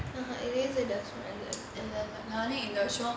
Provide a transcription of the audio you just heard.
erase மாதிரி தான் இருக்குது நானே இந்த வருஷம்:maathirithaan irukuthu naanae intha varusham